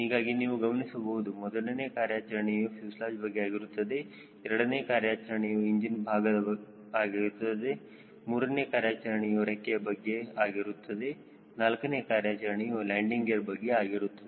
ಹೀಗಾಗಿ ನೀವು ಗಮನಿಸಬಹುದು ಮೊದಲನೇ ಕಾರ್ಯಾಚರಣೆಯು ಫ್ಯೂಸೆಲಾಜ್ ಬಗ್ಗೆ ಆಗಿರುತ್ತದೆ ಎರಡನೇ ಕಾರ್ಯಾಚರಣೆ ಇಂಜಿನ್ ವಿಭಾಗದ ಬಗ್ಗೆ ಆಗಿರುತ್ತದೆ ಮೂರನೇ ಕಾರ್ಯಾಚರಣೆ ರೆಕ್ಕೆಯ ಪ್ರದೇಶದ ಬಗ್ಗೆ ನಾಲ್ಕನೇ ಕಾರ್ಯಾಚರಣೆಯು ಲ್ಯಾಂಡಿಂಗ್ ಗೇರ್ ಬಗ್ಗೆ ಆಗಿರುತ್ತದೆ